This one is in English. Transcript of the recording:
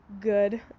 good